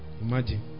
imagine